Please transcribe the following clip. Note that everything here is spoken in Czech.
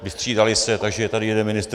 Vystřídali se, takže je tady jeden ministr.